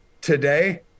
Today